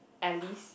Alice